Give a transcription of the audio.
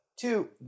Two